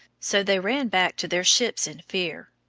so they ran back to their ships in fear.